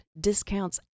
discounts